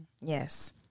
Yes